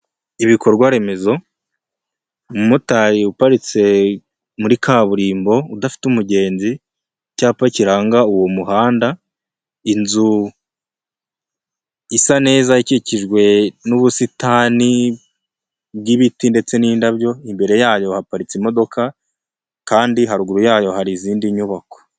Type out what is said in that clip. Ibikorwa remezo, umumotari uparitse muri kaburimbo udafite umugenzi, icyapa kiranga uwo muhanda, inzu isa neza ikikijwe n'ubusitani bw'ibiti ndetse n'indabyo, imbere yayo haparitse imodoka, kandi haruguru yayo hari izindi nyubako.